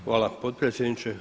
Hvala potpredsjedniče.